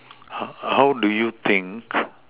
how how do you think